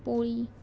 पोळी